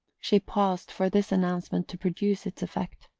she paused for this announcement to produce its effect.